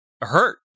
hurt